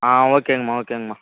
ஆ ஓகேங்கம்மா ஓகேங்கம்மா